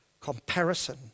comparison